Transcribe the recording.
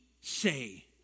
say